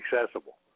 accessible